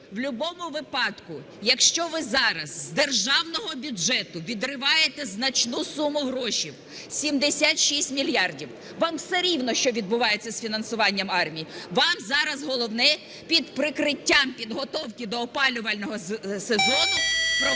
в любому випадку, якщо ви зараз з державного бюджету відриваєте значну суму грошів - 76 мільярдів, вам все рівно, що відбувається з фінансуванням армії, вам зараз головне під прикриттям підготовки до опалювального сезону провести